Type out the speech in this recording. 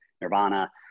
nirvana